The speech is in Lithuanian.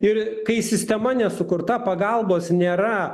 ir kai sistema nesukurta pagalbos nėra